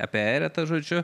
apie eretą žodžiu